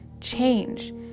change